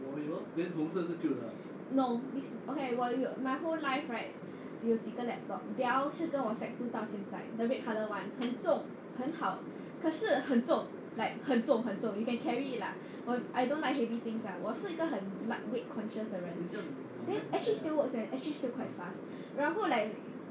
the red colour [one] 很重很好可是很重 like 很重很重 you can carry it lah I don't like heavy things 我是一个很 light weight conscious 的人 then actually still works eh actually still quite fast 然后 like